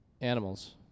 animals